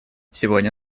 сегодня